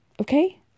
Okay